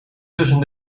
tussen